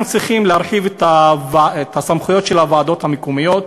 אנחנו צריכים להרחיב את הסמכויות של הוועדות המקומיות,